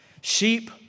Sheep